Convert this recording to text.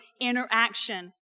interaction